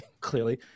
clearly